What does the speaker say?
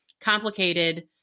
complicated